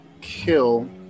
kill